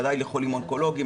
ודאי לחולים אונקולוגיים,